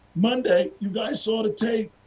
monday, you guys saw the tape.